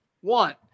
One